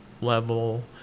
level